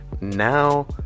Now